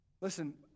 Listen